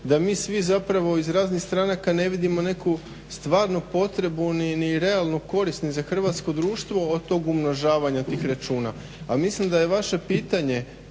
da mi svi zapravo iz raznih stranaka ne vidimo neku stvarnu potrebu ni realnu korist ni za hrvatsko društvo od tog umnožavanja tih računa, a mislim da je vaše pitanje